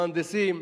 מהנדסים,